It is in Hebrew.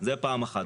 זה פעם אחת.